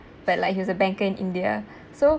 but like he's a banker in india so